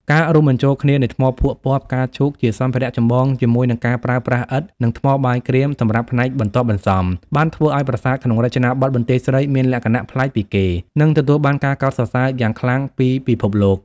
ការរួមបញ្ចូលគ្នានៃ ថ្មភក់ពណ៌ផ្កាឈូក ជាសម្ភារៈចម្បងជាមួយនឹងការប្រើប្រាស់ឥដ្ឋ និងថ្មបាយក្រៀមសម្រាប់ផ្នែកបន្ទាប់បន្សំ បានធ្វើឱ្យប្រាសាទក្នុងរចនាបថបន្ទាយស្រីមានលក្ខណៈប្លែកពីគេ និងទទួលបានការកោតសរសើរយ៉ាងខ្លាំងពីពិភពលោក។